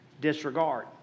disregard